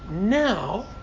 now